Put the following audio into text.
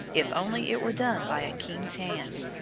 if only it were done by a king's hand.